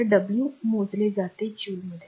तर डब्ल्यू मोजले जाते जौल मध्ये